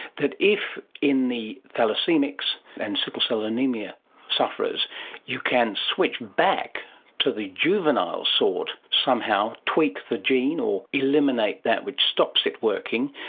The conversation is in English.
that if in the thalassaemia and sickle-cell anaemia sufferers you can switch back to the juvenile sort somehow, tweak the gene or eliminate that which stops it working,